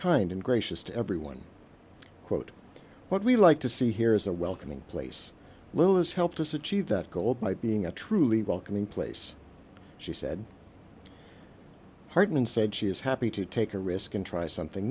kind and gracious to everyone quote what we'd like to see here is a welcoming place lula's helped us achieve that goal by being a truly welcoming place she said hartman said she is happy to take a risk and try something